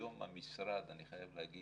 היום המשרד אני חייב לומר